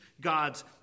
God's